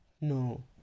No